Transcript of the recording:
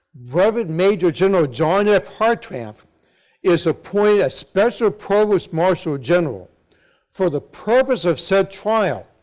brevet major general john f. hartranft is appointed a special provost-marshal general for the purpose of said trial,